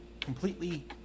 completely